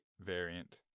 variant